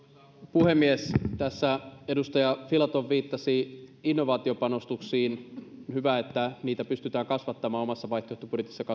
puhemies tässä edustaja filatov viittasi innovaatiopanostuksiin hyvä että niitä pystytään kasvattamaan omassa vaihtoehtobudjetissamme